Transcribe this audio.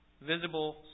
visible